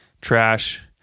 trash